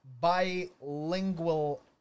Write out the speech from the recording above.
bilingual